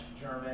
German